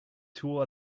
tool